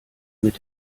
mit